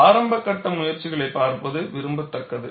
ஆரம்ப கட்ட முயற்சிகளைப் பார்ப்பது விரும்பத்தக்கது